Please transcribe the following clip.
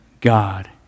God